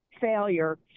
failure